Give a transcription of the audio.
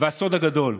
והסוד הגדול,